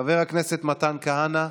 חבר הכנסת מתן כהנא,